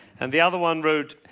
and the other one wrote,